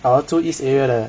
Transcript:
ah 我住 east area 的